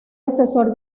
asesor